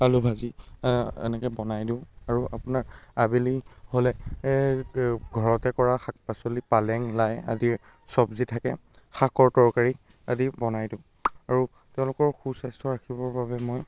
আলু ভাজি এনেকৈ বনাই দিওঁ আৰু আপোনাৰ আবেলি হ'লে ঘৰতে কৰা শাক পাচলি পালেং লাই আদিৰ চব্জি থাকে শাকৰ তৰকাৰী আদি বনাই দিওঁ আৰু তেওঁলোকৰ সুস্বাস্থ্য ৰাখিবৰ বাবে মই